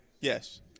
yes